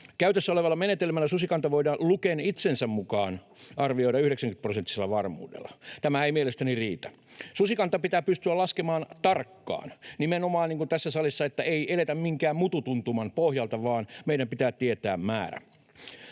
Käytössä olevalla menetelmällä susikanta voidaan Luken itsensä mukaan arvioida 90-prosenttisella varmuudella. Tämä ei mielestäni riitä. Susikanta pitää pystyä laskemaan tarkkaan nimenomaan niin kuin tässä salissa, että ei eletä minkään mututuntuman pohjalta vaan meidän pitää tietää määrä.